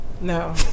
No